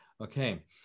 Okay